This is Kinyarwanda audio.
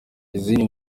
izindi